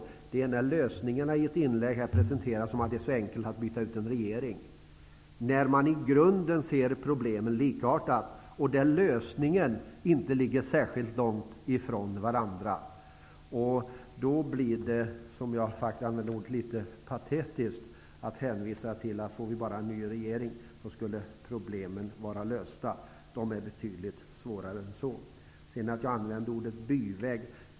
Jag reagerade dock på det faktum att lösningen i ett inlägg presenteras vara så enkel som att byta ut en regering. Man ser i grunden likartat på problemen, och lösningarna ligger inte särskilt långt ifrån varandra. Då blir det litet patetiskt att hänvisa till att problemen skulle vara lösta om vi bara får en ny regering. De är betydligt svårare än så. Jag använde ordet byväg.